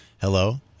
Hello